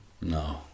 no